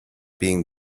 being